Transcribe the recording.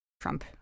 Trump